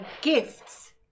gifts